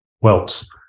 welts